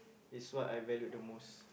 is what I valued the most